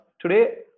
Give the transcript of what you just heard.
today